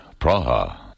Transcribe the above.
Praha